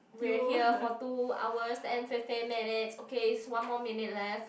we're here for two hours and fifteen minutes okay it's one more minute left